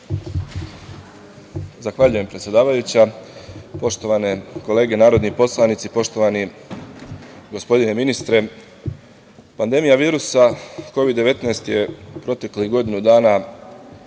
Zahvaljujem predsedavajuća. Poštovane kolege narodni poslanici, poštovani gospodine ministre, pandemija virusa Kovid 19 je pre godinu dana